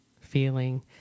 feeling